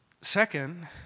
Second